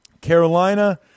Carolina